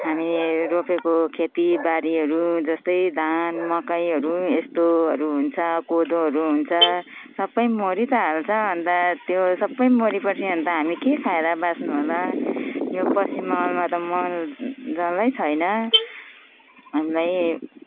हामीले रोपेको खेतीबारीहरू जस्तै धान मकैहरू यस्तोहरू हुन्छ कोदोहरू हुन्छ सबै मरी त हाल्छ अनि त त्यो सबै मरेपछि अनि त हामी के खाएर बाँच्नु होला यो पश्चिम बङ्गालमा त मलजलै छैन हामीलाई